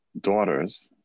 daughters